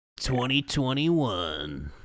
2021